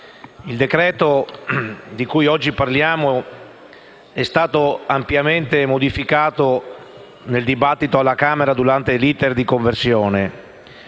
il decreto-legge in esame è stato ampiamente modificato nel dibattito alla Camera durante l'*iter* di conversione;